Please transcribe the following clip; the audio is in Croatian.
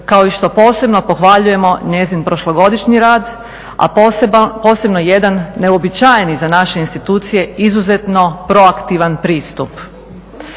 kao i što posebno pohvaljujemo njezin prošlogodišnji rad, a posebno jedan neuobičajeni za naše institucije, izuzetno proaktivan pristup.